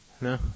No